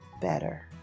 better